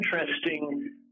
interesting